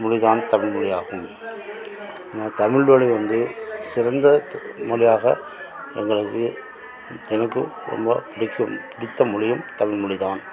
மொழிதான் தமிழ் மொழியாகும் இந்த தமிழ் மொழி வந்து சிறந்த மொழியாக எங்களுக்கு எனக்கு ரொம்ப பிடிக்கும் பிடித்த மொழியும் தமிழ் மொழிதான்